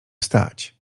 stać